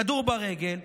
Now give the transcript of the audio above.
כדור ברגל.